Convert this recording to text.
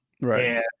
Right